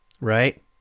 Right